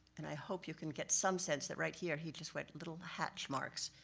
and i hope you can get some sense, that right here, he just went, little hatch marks,